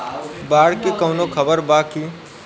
बाढ़ के कवनों खबर बा की?